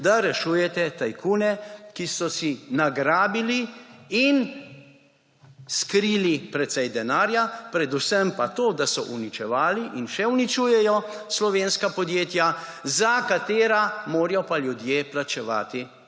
da rešujete tajkune, ki so si nagrabili in skrili precej denarja, predvsem pa to, da so uničevali in še uničujejo slovenska podjetja, za katera morajo pa ljudje plačevati